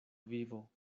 vivo